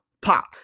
pop